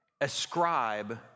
ascribe